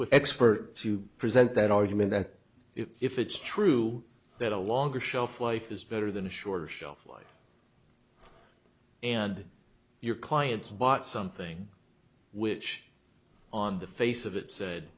with expert to present that argument that if it's true that a longer shelf life is better than a shorter shelf life and your clients bought something which on the face of it said